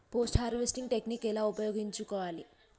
Post harvesting technique ఎలా ఉపయోగించుకోవాలి?